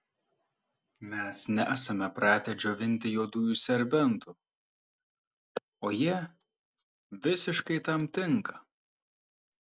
mes nesame pratę džiovinti juodųjų serbentų o jie visiškai tam tinka